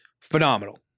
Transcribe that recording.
phenomenal